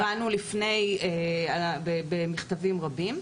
התרענו במכתבים רבים.